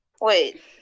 Wait